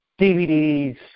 DVDs